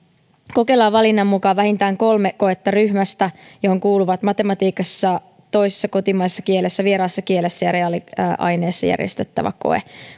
kokelaan valinnan mukaan vähintään kolme koetta ryhmästä johon kuuluvat matematiikassa toisessa kotimaisessa kielessä vieraassa kielessä ja reaaliaineissa järjestettävä koe